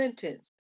sentence